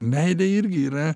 meilė irgi yra